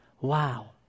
Wow